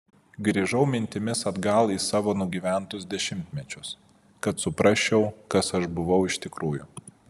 grįžau mintimis atgal į savo nugyventus dešimtmečius kad suprasčiau kas aš buvau iš tikrųjų